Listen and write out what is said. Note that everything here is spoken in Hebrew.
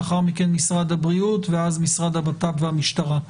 לאחר מכן משרד הבריאות ולאחר מכן הבט"פ והמשטרה.